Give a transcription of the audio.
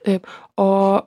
taip o